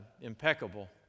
impeccable